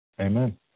amen